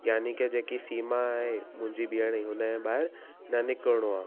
यानी की जेकी सीमा आहे मुंहिंजी बीहण जी हुन जे ॿाहिरि न निकिरिणो आहे